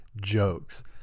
jokes